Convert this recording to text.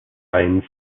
eins